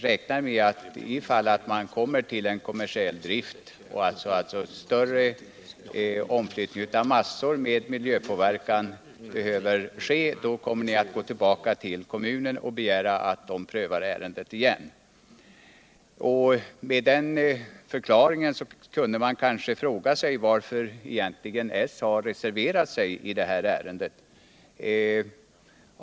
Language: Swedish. om man kommer till kommersiell drift och större omflyttningar av massor med miljöpåverkan behöver ske, ämnar gå tillbaka till kommunen och begära att den prövar ärendet igen. Efter denna förklaring kan man kanske fråga sig varför socialdemokraterna egentligen har reserverat sig i detta ärende.